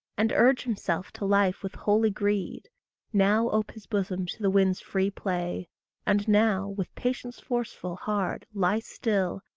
and urge himself to life with holy greed now ope his bosom to the wind's free play and now, with patience forceful, hard, lie still,